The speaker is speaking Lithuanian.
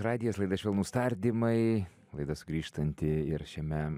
radijas laida švelnūs tardymai laida sugrįžtanti ir šiame